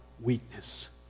weakness